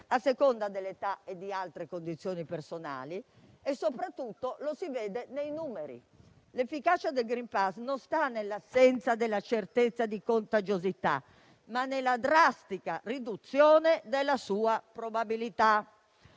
a seconda dell'età e di altre condizioni personali, e poi soprattutto lo si vede dai numeri. L'efficacia del *green pass* non sta nella certezza di non contagiosità, ma nella drastica riduzione della sua probabilità.